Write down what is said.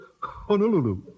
Honolulu